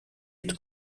het